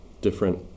different